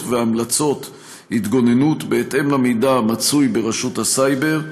והמלצות התגוננות בהתאם למידע המצוי ברשות הסייבר,